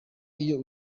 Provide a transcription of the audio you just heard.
iyo